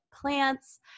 plants